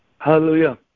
Hallelujah